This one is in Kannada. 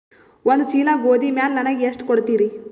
ಒಂದ ಚೀಲ ಗೋಧಿ ಮ್ಯಾಲ ನನಗ ಎಷ್ಟ ಕೊಡತೀರಿ?